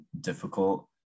difficult